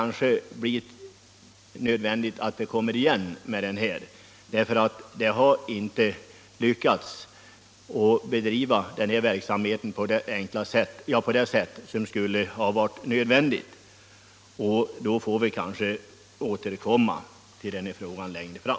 När det tydligen inte har lyckats att få till stånd den ordning som är nödvändig får vi kanske återkomma till frågan längre fram.